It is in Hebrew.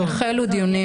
החלו דיונים.